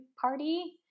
party